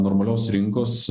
normalios rinkos